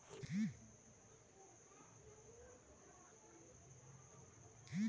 chart of accounts ನಲ್ಲಿ liability, assets, revenue expenses ಮಾಹಿತಿ ಇರುತ್ತೆ